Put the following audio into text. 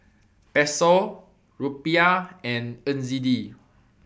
Peso Rupiah and N Z D